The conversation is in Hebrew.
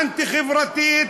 אנטי-חברתית,